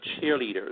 cheerleaders